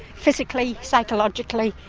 physically, psychologically.